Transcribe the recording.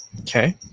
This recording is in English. okay